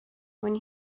when